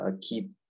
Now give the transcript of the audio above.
keep